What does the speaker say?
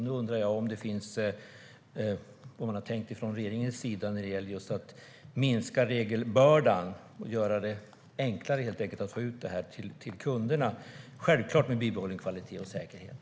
Jag undrar vad regeringen har tänkt i fråga om att minska regelbördan och göra det enklare att få ut köttet till kunderna - självklart med bibehållen kvalitet och säkerhet?